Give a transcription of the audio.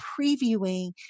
previewing